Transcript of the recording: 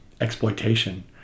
exploitation